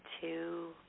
Two